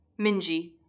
Minji